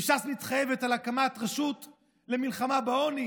וש"ס מתחייבת להקמת רשות למלחמה בעוני